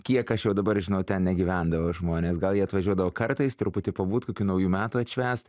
kiek aš jau dabar žinau ten negyvendavo žmonės gal jie atvažiuodavo kartais truputį pabūt kokių naujų metų atšvęst